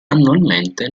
annualmente